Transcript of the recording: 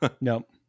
Nope